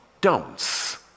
don'ts